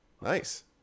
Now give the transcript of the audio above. Nice